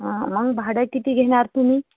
हां मग भाडं किती घेणार तुम्ही